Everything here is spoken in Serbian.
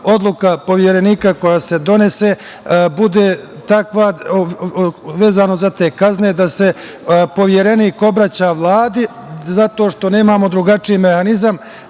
odluka Poverenika koja se donese bude takva vezano za te kazne da se Poverenik obraća Vladi zato što nemamo drugačiji mehanizam